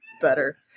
better